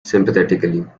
sympathetically